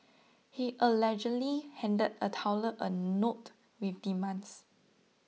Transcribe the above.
he allegedly handed a teller a note with demands